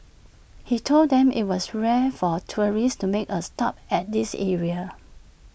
he told them IT was rare for tourists to make A stop at this area